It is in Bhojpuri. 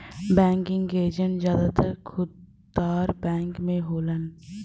बैंकिंग एजेंट जादातर खुदरा बैंक में होलन